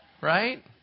right